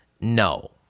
no